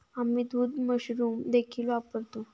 आम्ही दूध मशरूम देखील वापरतो